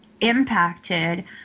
impacted